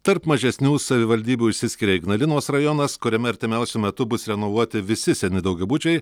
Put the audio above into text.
tarp mažesnių savivaldybių išsiskiria ignalinos rajonas kuriame artimiausiu metu bus renovuoti visi seni daugiabučiai